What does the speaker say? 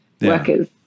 workers